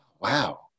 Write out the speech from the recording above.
Wow